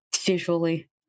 visually